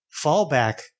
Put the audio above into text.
fallback